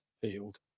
field